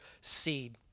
seed